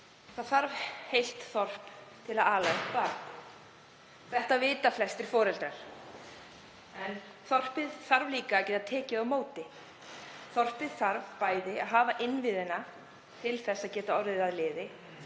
Það þarf heilt þorp til að ala upp barn. Þetta vita flestir foreldrar. En þorpið þarf líka að geta tekið á móti. Þorpið þarf að hafa innviðina til að geta orðið að liði